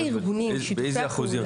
באיזה אחוזים?